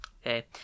okay